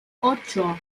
ocho